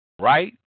Right